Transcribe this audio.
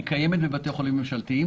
היא קיימת בבתי חולים ממשלתיים.